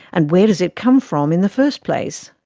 and where does it come from in the first place?